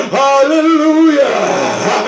hallelujah